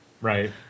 Right